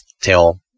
tell